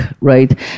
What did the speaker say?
right